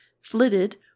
flitted